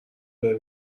داره